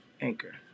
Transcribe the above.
Anchor